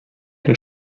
der